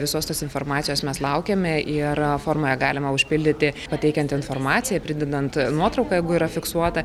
visos tos informacijos mes laukiame ir formą galima užpildyti pateikiant informaciją pridedant nuotrauką jeigu yra fiksuota